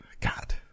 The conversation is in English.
God